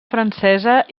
francesa